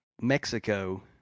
Mexico